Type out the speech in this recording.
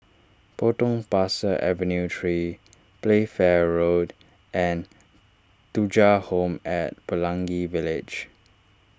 Potong Pasir Avenue three Playfair Road and Thuja Home at Pelangi Village